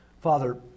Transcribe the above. Father